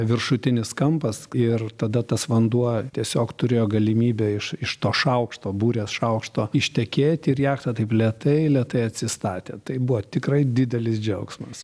viršutinis kampas ir tada tas vanduo tiesiog turėjo galimybę iš iš to šaukšto burės šaukšto ištekėti ir jachta taip lėtai lėtai atsistatė tai buvo tikrai didelis džiaugsmas